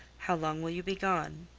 how long will you be gone?